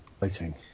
waiting